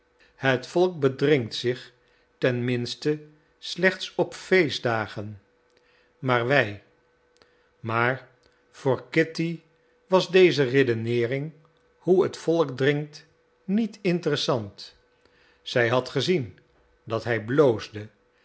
het volk bedrinkt zich ten minste slechts op feestdagen maar wij maar voor kitty was deze redeneering hoe het volk drinkt niet interessant zij had gezien dat hij bloosde